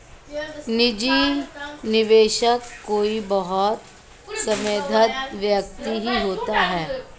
निजी निवेशक कोई बहुत समृद्ध व्यक्ति ही होता है